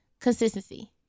consistency